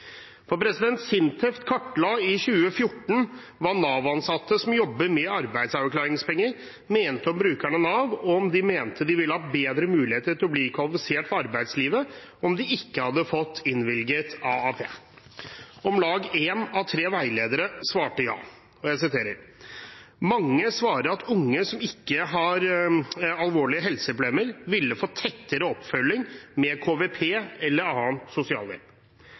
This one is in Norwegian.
kartla i 2014 hva Nav-ansatte som jobber med arbeidsavklaringspenger, mente om brukerne av Nav – om de mente de ville hatt bedre muligheter til å bli kvalifisert for arbeidslivet om de ikke hadde fått innvilget AAP. Om lag én av tre veiledere svarte ja. Jeg siterer: «Mange svarer at unge som ikke har alvorlige helseproblem ville fått tettere oppfølging med KVP eller annen sosialhjelp.»